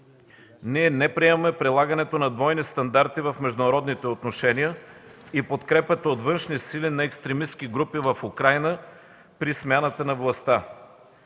Ние не приемаме прилагането на двойни стандарти в международните отношения и подкрепата от външни сили на екстремистки групи в Украйна при смяната на властта.